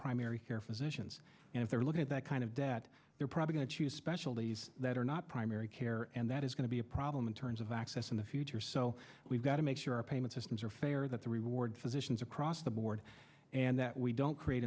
primary care physicians and if they're looking at that kind of debt they're probably going to choose specialties that are not primary care and that is going to be a problem in terms of access in the future so we've got to make sure our payment systems are fair that the reward physicians across the board and that we don't create